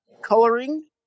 coloring